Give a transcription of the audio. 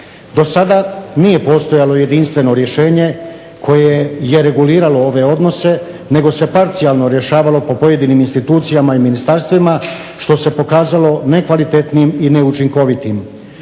Do sada nije postojalo jedinstveno rješenje koje je reguliralo ove odnose nego se parcijalno rješavalo po pojedinim institucijama i ministarstvima što se pokazalo nekvalitetnijim i neučinkovitim.